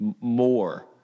more